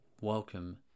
welcome